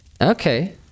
Okay